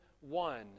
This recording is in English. One